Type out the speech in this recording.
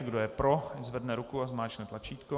Kdo je pro, ať zvedne ruku a zmáčkne tlačítko.